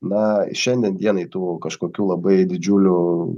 na šiandien dienai tų kažkokių labai didžiulių